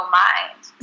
mind